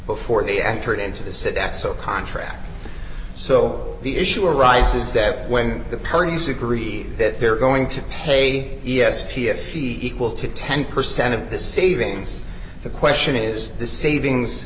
before they entered into the set x so contract so the issue arises that when the parties agree that they're going to pay e s p if equal to ten percent of the savings the question is the savings